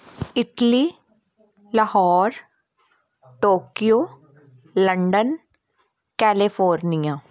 Italy Lahore Tokyo London California